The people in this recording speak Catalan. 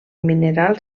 mineral